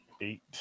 Eight